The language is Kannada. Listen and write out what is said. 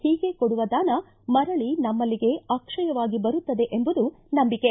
ಹೀಗೆ ಕೊಡುವ ದಾನ ಮರಳಿ ನಮ್ದಲ್ಲಿಗೆ ಅಕ್ಷಯವಾಗಿ ಬರುತ್ತದೆ ಎಂಬುದು ನಂಬಿಕೆ